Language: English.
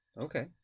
Okay